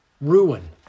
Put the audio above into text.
ruin